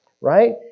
right